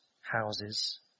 houses